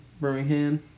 Birmingham